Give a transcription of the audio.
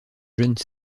jeune